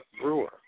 Brewer